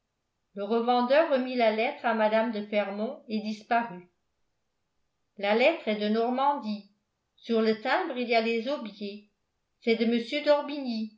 le revendeur remit la lettre à mme de fermont et disparut la lettre est de normandie sur le timbre il y a les aubiers c'est de